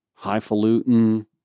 highfalutin